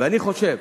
ואני חושב,